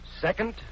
Second